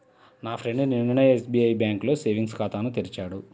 నా ఫ్రెండు నిన్ననే ఎస్బిఐ బ్యేంకులో సేవింగ్స్ ఖాతాను తెరిచాడు